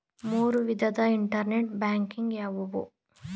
ಮೂರು ವಿಧದ internet banking ಯಾವುವು?